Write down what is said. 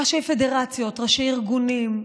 ראשי פדרציות, ראשי ארגונים.